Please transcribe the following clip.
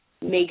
make